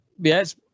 yes